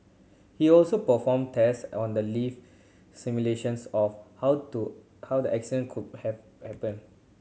he also performed tests on the lift simulations of how to how the accident could have happened